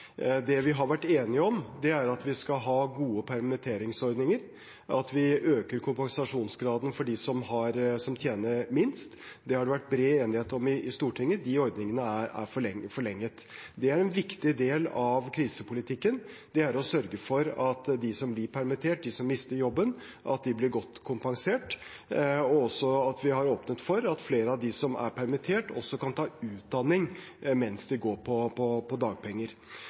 Det vi har vært enige om, er at vi skal ha gode permitteringsordninger, og at vi øker kompensasjonsgraden for dem som tjener minst. Det har det vært bred enighet om i Stortinget. De ordningene er forlenget. En viktig del av krisepolitikken er å sørge for at de som blir permittert eller mister jobben, blir godt kompensert. Vi har også åpnet for at flere av dem som er permittert, kan ta utdanning mens de går på dagpenger. Regjeringen har helt siden i fjor vår også pekt på